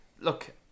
look